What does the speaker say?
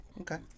Okay